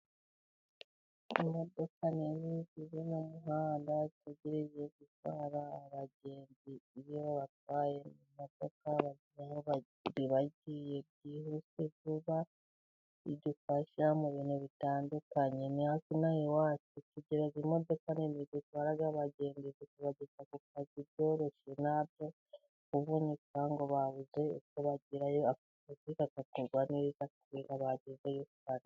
Imodoka nini iri mu muhanda itekereje gutwara abagenzi, iyo babatwaye mu modoka bagera iyo bagiye byihuse vuba, idufasha mu bintu bitandukanye. Natwe ino aha iwacu tugira imodoka nini zitwara abagenzi, zikabageza ku kazi byoroshye, ku gihe bapanze akazi ka gakorwa neza kuko bagezeyo kare.